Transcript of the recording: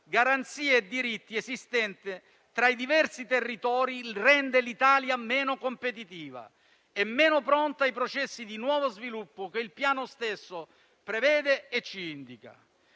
garanzie e diritti esistente tra i diversi territori rende l'Italia meno competitiva e meno pronta ai processi di nuovo sviluppo che il Piano stesso prevede e ci indica,